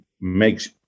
makes